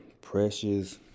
precious